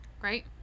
Great